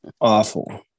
awful